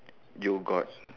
you got